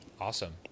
Awesome